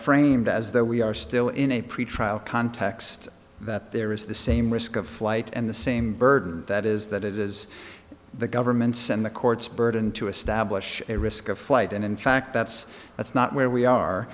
framed as though we are still in a pretrial context that there is the same risk of flight and the same burden that is that it is the government's and the court's burden to establish a risk of flight and in fact that's that's not where we